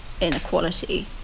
inequality